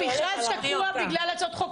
המכרז תקוע בגלל הצעות החוק,